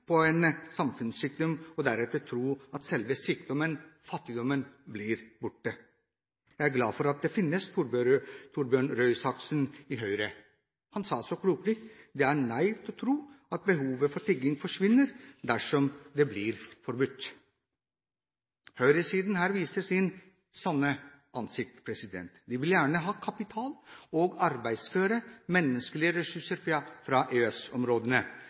på en samfunnssykdom og deretter tro at selve sykdommen – fattigdommen – blir borte. Jeg er glad for at det finnes en Torbjørn Røe Isaksen i Høyre. Han sa det så klokelig: Det er naivt å tro at behovet for tigging forsvinner dersom det blir forbudt. Høyresiden viser her sitt sanne ansikt: De vil gjerne ha kapital og arbeidsføre, menneskelige ressurser fra